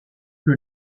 que